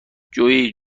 جویی